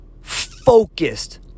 focused